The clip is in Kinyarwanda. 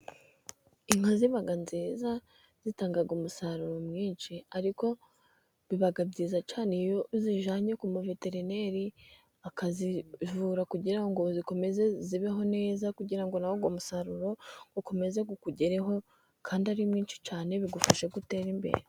Inka ziba nziza, zitanga umusaruro mwinshi ariko biba byiza cyane iyo uzijyanye kwa veterineri akazivura kugira ngo zikomeze zibeho neza kugira ngo n'umusaruro ukomeze ukugereho kandi ari mwinshi cyane, bigufashe gutera imbere.